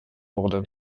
wurde